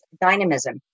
dynamism